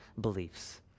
beliefs